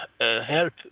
help